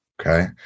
okay